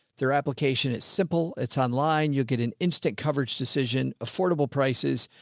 their application. it's simple. it's online. you'll get an instant coverage decision, affordable prices,